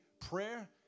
Prayer